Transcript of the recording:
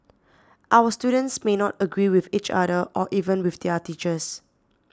our students may not agree with each other or even with their teachers